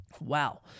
Wow